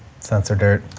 sensor dirt,